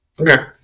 Okay